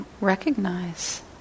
recognize